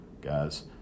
guys